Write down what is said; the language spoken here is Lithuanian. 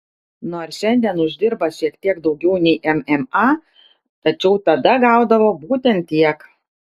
nors šiandien uždirba šiek tiek daugiau nei mma tačiau tada gaudavo būtent tiek